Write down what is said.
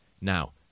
Now